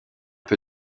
peu